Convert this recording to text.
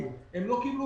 שאדם יכול שיהיה לו